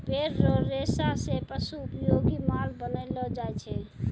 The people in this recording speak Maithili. पेड़ रो रेशा से पशु उपयोगी माल बनैलो जाय छै